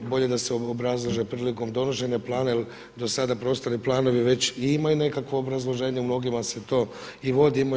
Bolje da se obrazlaže prilikom donošenja plana jer do sada prostorni planovi već i imaju nekakvo obrazloženje u mnogima se to i vodimo.